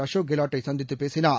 அளேக் கெலாட்டை சந்தித்துப் பேசினார்